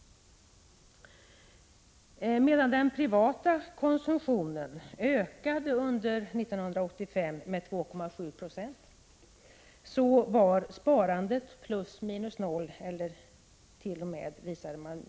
Medan den privata konsumtionen under 1985 ökade med 2,7 70 var sparandet plus minus noll eller t.o.m. negativt.